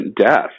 death